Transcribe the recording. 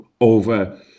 over